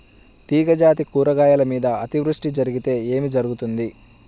తీగజాతి కూరగాయల మీద అతివృష్టి జరిగితే ఏమి జరుగుతుంది?